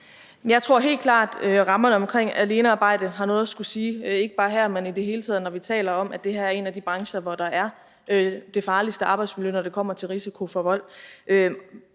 Jeg tror helt klart, at rammerne omkring alenearbejde har noget at sige, ikke bare her, men i det hele taget, når vi taler om, at det her er en af de brancher, hvor der er det farligste arbejdsmiljø, når det kommer til risiko for vold.